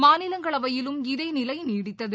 மாநிலங்களவையிலும் இதேநிலை நீடித்தது